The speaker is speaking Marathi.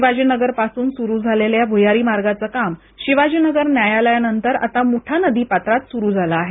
शिवाजीनगर पासून सुरु झालेल्या भूयारी मार्गच काम शिवाजी नगर न्यायालयानंतर आता मुठा नदी पात्रात सुरु झालं आहे